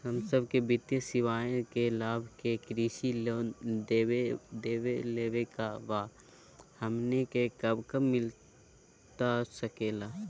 हम सबके वित्तीय सेवाएं के लाभ के लिए कृषि लोन देवे लेवे का बा, हमनी के कब मिलता सके ला?